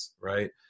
right